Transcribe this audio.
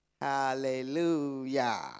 Hallelujah